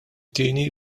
tieni